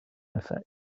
effect